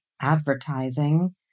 advertising